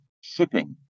shipping